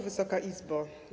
Wysoka Izbo!